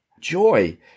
joy